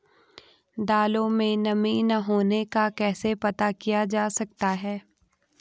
दालों में नमी न होने का कैसे पता किया जा सकता है?